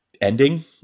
ending